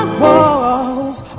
walls